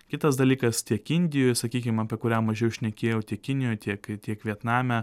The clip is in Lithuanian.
kitas dalykas tiek indijoj sakykim apie kurią mažiau šnekėjau tiek kinijoj tiek tiek vietname